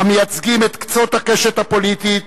המייצגים את קצות הקשת הפוליטית,